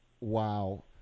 wow